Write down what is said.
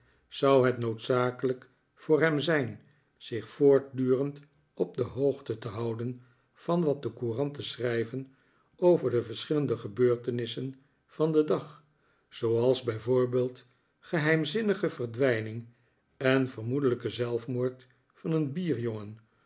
zou het noodzakelijk voor hem zijn zich voortdurend op de hoogte te houden van wat de couranten schrijven over de verschillende gebeurfenissen van den dag zooals bij voorbeeld geheimzinnige verdwijning en vermoedelijke zelfmoord van een